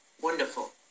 wonderful